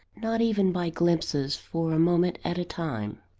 not even by glimpses, for a moment at a time.